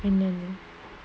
and then